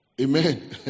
Amen